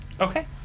Okay